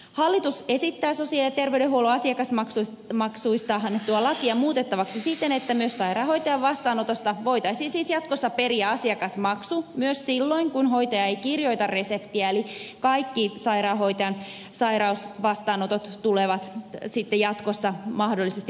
hallitus esittää sosiaali ja terveydenhuollon asiakasmaksuista annettua lakia muutettavaksi siten että myös sairaanhoitajan vastaanotosta voitaisiin siis jatkossa periä asiakasmaksu myös silloin kun hoitaja ei kirjoita reseptiä eli kaikki sairaanhoitajan sairausvastaanotot tulevat sitten jatkossa mahdollisesti maksullisiksi